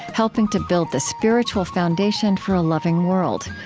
helping to build the spiritual foundation for a loving world.